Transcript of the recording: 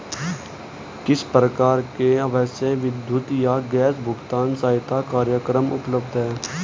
किस प्रकार के आवासीय विद्युत या गैस भुगतान सहायता कार्यक्रम उपलब्ध हैं?